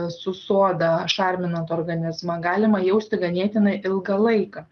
su soda šarminant organizmą galima jausti ganėtinai ilgą laiką